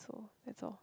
so that's all